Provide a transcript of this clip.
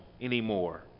anymore